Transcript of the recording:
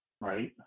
Right